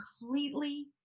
completely